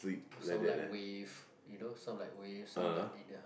some like wave you know some like wave some like in a